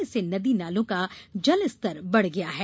इससे नदी नालों का जल स्तर बढ़ गया है